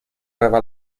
aveva